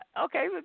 okay